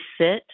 sit